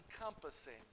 encompassing